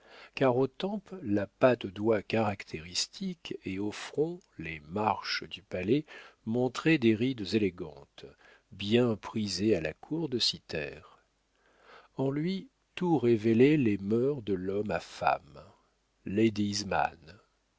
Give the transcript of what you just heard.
car aux tempes la patte d'oie caractéristique et au front les marches du palais montraient des rides élégantes bien prisées à la cour de cythère en lui tout révélait les mœurs de l'homme à femmes